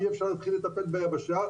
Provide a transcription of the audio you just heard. אי אפשר להתחיל לטפל ביבשה,